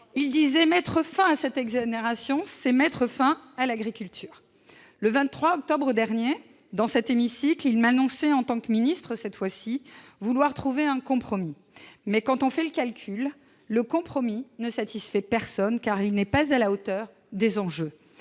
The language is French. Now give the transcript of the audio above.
Il disait que mettre fin à cette exonération, ce serait mettre fin à l'agriculture. Le 23 octobre dernier, dans cet hémicycle, Didier Guillaume m'annonçait, en tant que ministre cette fois-ci, vouloir trouver un compromis. Mais quand on fait le calcul, le compromis ne satisfait personne, car il n'est pas à la hauteur des enjeux.